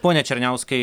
pone černiauskai